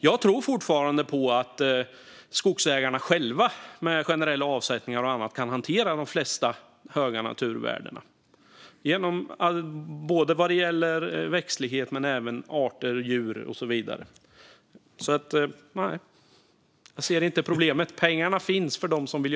Jag tror fortfarande på att skogsägarna själva, med generella avsättningar och annat, kan hantera de flesta former av höga naturvärden vad gäller växtlighet, arter, djur och så vidare. Jag ser inte problemet. Pengarna finns för dem som vill.